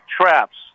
traps